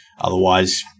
Otherwise